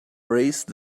raised